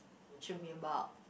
should be about